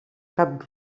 cap